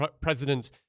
President